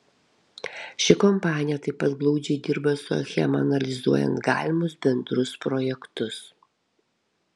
ši kompanija taip pat glaudžiai dirba su achema analizuojant galimus bendrus projektus